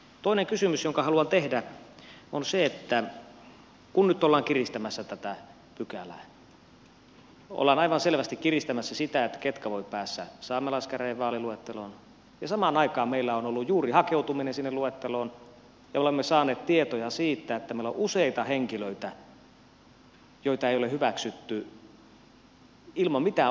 toinen kysymys jonka haluan tehdä liittyy siihen kun nyt ollaan kiristämässä tätä pykälää ollaan aivan selvästi kiristämässä sitä ketkä voivat päästä saamelaiskäräjävaaliluetteloon ja samaan aikaan meillä on ollut juuri hakeutuminen sinne luetteloon ja olemme saaneet tietoja siitä että meillä on useita henkilöitä joita ei ole hyväksytty vaaliluetteloon ilman mitään objektiivista perustetta